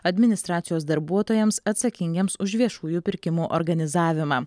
administracijos darbuotojams atsakingiems už viešųjų pirkimų organizavimą